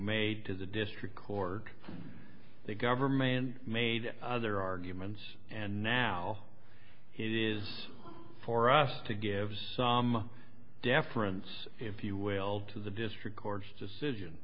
made to the district court the government made other arguments and now it is for us to give some deference if you will to the district court's decision